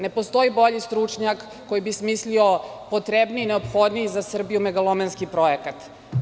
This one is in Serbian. Ne postoji bolji stručnjak koji bi smislio potrebniji i neophodniji za Srbiju megalomanski projekat.